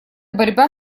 борьба